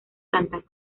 santa